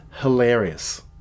hilarious